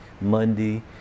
Monday